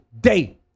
day